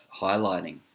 highlighting